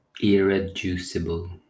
irreducible